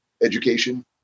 education